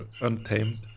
untamed